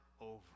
over